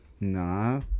Nah